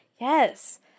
Yes